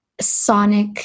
sonic